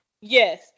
Yes